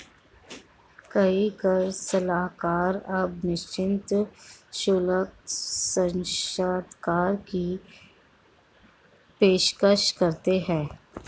कई कर सलाहकार अब निश्चित शुल्क साक्षात्कार की पेशकश करते हैं